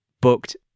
booked